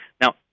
Now